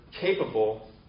capable